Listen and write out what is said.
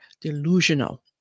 delusional